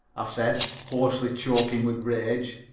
i said, hoarsely, choking with rage.